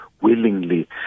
willingly